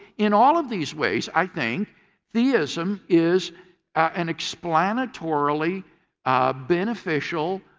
in all of these ways, i think theism is an explanatorily beneficial